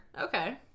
Okay